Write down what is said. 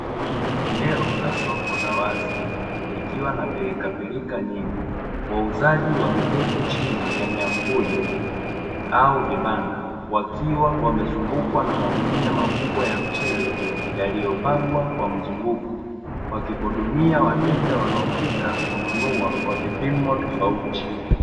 Eneo la soko la wazi likiwa na pilikapilika nyingi, wauzaji wameketi chini ya miamvuli au vibanda, wakiwa wamezungukwa na magunia makubwa ya mchele yaliyopangwa kwa mzunguko, wakihudumia wateja wanaofika kununua kwa vipimo tofauti.